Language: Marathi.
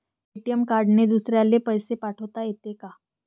ए.टी.एम कार्डने दुसऱ्याले पैसे पाठोता येते का?